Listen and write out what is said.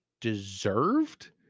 deserved